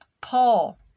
Paul